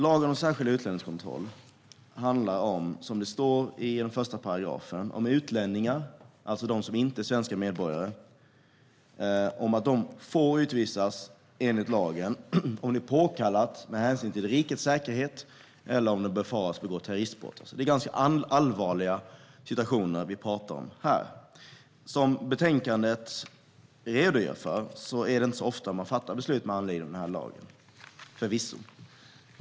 Lagen om särskild utlänningskontroll handlar om, som det står i den första paragrafen, att utlänningar - alltså de som inte är svenska medborgare - får utvisas enligt lagen om det är påkallat med hänsyn till rikets säkerhet eller om man befarar att de ska begå terroristbrott. Det är ganska allvarliga situationer som vi talar om här. Som det redogörs för i betänkandet är det förvisso inte så ofta som man fattar beslut med anledning av denna lag.